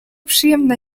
przyjemna